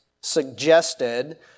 suggested